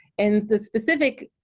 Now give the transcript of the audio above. and the specific